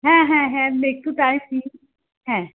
হ্যাঁ হ্যাঁ হ্যাঁ আপনি একটু টাইম নিন হ্যাঁ